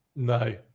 No